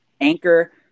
anchor